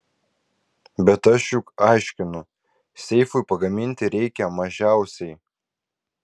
bet aš juk aiškinu seifui pagaminti reikia mažiausiai